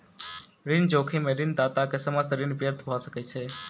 ऋण जोखिम में ऋणदाता के समस्त ऋण व्यर्थ भ सकै छै